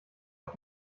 auf